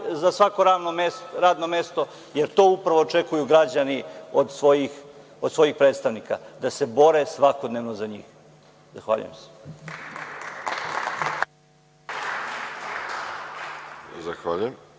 za svako radno mesto, jer to upravo očekuju građani od svojih predstavnika, a to je da se svakodnevno bore za njih. **Veroljub